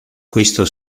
questo